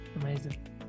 Amazing